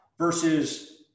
versus